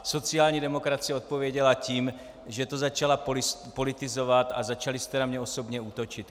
Sociální demokracie odpověděla tím, že to začala politizovat a začali jste na mě osobně útočit.